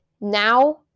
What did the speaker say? now